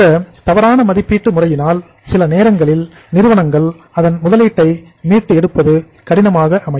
இந்த தவறான மதிப்பீட்டு முறையினால் சில நேரங்களில் நிறுவனங்கள் அதன் முதலீட்டை மீட்டு எடுப்பது கடினமாக அமையும்